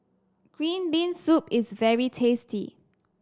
Green Bean Soup is very tasty